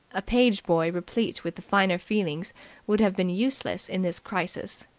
a page boy replete with the finer feelings would have been useless in this crisis.